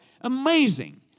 Amazing